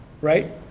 right